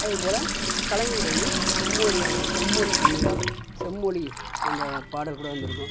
அதுபோல கலைஞர் வந்து செம்மொழியான செம்மொழி தமிழ் செம்மொழி அந்த பாடல் கூட வந்துருக்கும்